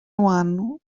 one